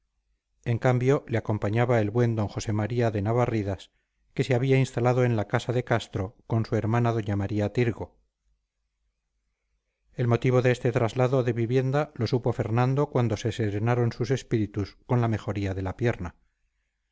en cambio le acompañaba el buen d josé maría de navarridas que se había instalado en la casa de castro con su hermana doña maría tirgo el motivo de este traslado de vivienda lo supo fernando cuando se serenaron sus espíritus con la mejoría de la pierna